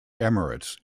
emirates